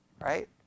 right